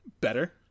better